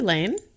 Lane